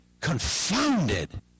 confounded